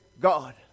God